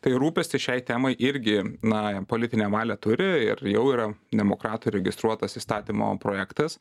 tai rūpestis šiai temai irgi na politinę valią turi ir jau yra demokratų registruotas įstatymo projektas